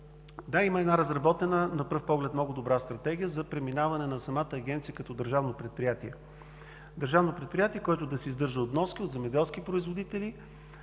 Да, има разработена на пръв поглед много добра стратегия за преминаване на самата Агенция като държавно предприятие, което да се издържа от вноски от земеделски производители,